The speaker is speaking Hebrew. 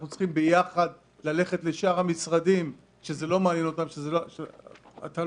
אנחנו צריכים ביחד ללכת לשאר המשרדים ולראות איך אנחנו